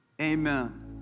Amen